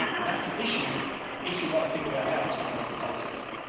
and that's an issue if you want to think about how to turn off the coal sector.